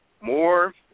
more